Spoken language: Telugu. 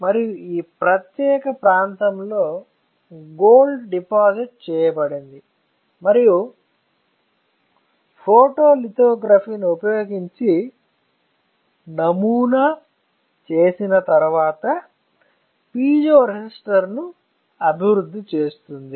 మరియు ఈ ప్రత్యేక ప్రాంతంలో గోల్డ్ డిపాజిట్ చేయబడుతుంది మరియు ఫోటోలిథోగ్రఫీని ఉపయోగించి నమూనా చేసిన తరువాత పిజో రెసిస్టర్ను అభివృద్ధి చేస్తుంది